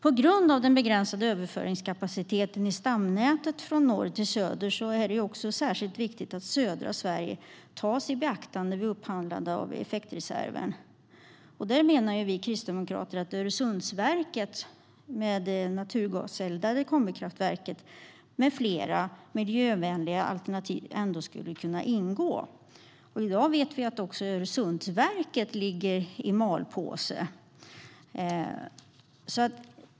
På grund av den begränsade överföringskapaciteten i stamnätet från norr till söder är det särskilt viktigt att södra Sverige tas i beaktande vid upphandling av effektreserven. Vi kristdemokrater menar att Öresundsverket, det naturgaseldade kombikraftverket, med flera miljövänliga alternativ skulle kunna ingå. Men i dag vet vi att också Öresundsverket ligger i malpåse.